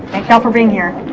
thank y'all for being here